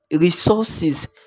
resources